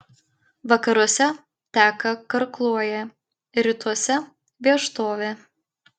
vakaruose teka karkluojė rytuose vieštovė